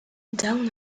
dawn